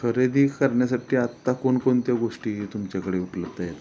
खरेदी करण्यासाठी आत्ता कोणकोणत्या गोष्टी तुमच्याकडे उपलब्ध आहेत